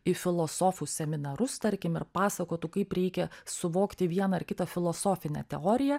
į filosofų seminarus tarkim ir pasakotų kaip reikia suvokti vieną ar kitą filosofinę teoriją